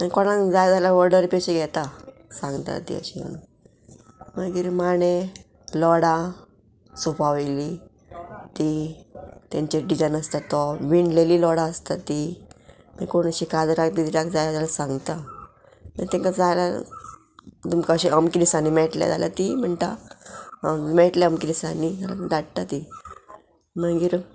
मागीर कोणाक जाय जाल्यार ऑर्डर बी शेता सांगता ती अशें म्हणून मागीर माणे लोडां सोफा वयली ती तेंचे डिजायन आसता तो विणलेली लोडां आसता ती मागीर कोण अशी काजराक बिजराक जाय जाल्यार सांगता मागीर तांकां जाय जाल्यार तुमकां अशें अमके दिसांनी मेळटले जाल्यार ती म्हणटा मेळटले अमके दिसांनी जाल्यार धाडटा ती मागीर